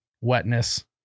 wetness